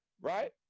Right